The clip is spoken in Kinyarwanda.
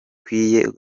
ari